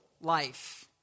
life